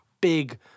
big